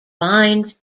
bind